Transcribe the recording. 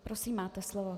Prosím, máte slovo.